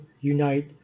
unite